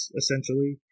essentially